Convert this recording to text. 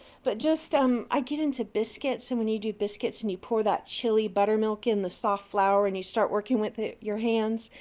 but just um i get into biscuits and when you do biscuits and you pour that chilly buttermilk in the soft flour and you start working with your hands,